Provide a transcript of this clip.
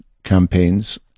campaigns